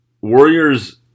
Warriors